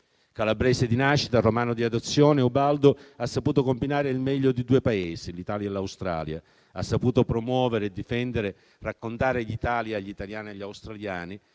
Calabrese di nascita, romano di adozione, Ubaldo ha saputo combinare il meglio di due Paesi, l'Italia e l'Australia. Ha saputo promuovere, difendere e raccontare l'Italia agli italiani e agli australiani.